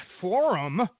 Forum